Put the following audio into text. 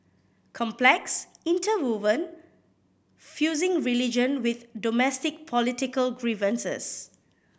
complex interwoven fusing religion with domestic political grievances